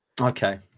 okay